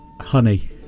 Honey